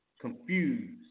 confused